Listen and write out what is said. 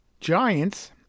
Giants